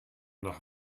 nach